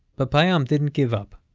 but payam didn't give up.